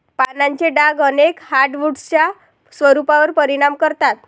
पानांचे डाग अनेक हार्डवुड्सच्या स्वरूपावर परिणाम करतात